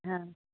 हा